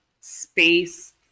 space